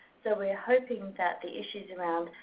so we're hoping that the issues around,